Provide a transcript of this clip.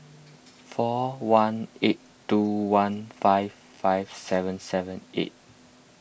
four one eight two one five five seven seven eight